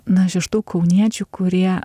na aš iš tų kauniečių kurie